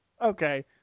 Okay